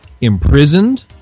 imprisoned